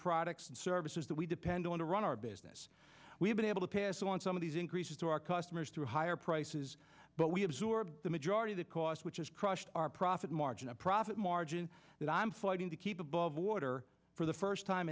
products and services that we depend on to run our business we've been able to pass on some of these increases to our customers through higher prices but we absorb the majority the cost which is crushed our profit margin a profit margin that i'm fighting to keep above water for the first time